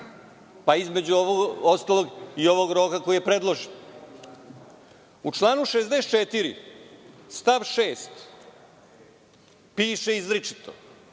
pa između ostalog i ovog roka koji je predložen. U članu 64. stav 6. piše izričito